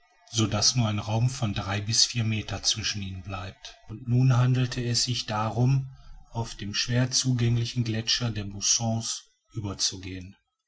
so daß nur ein raum von drei bis vier metern zwischen ihnen bleibt und nun handelt es sich darum auf den schwer zugänglichen gletscher der bossons überzugehen